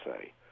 say